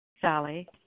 Sally